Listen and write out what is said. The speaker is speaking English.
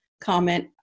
comment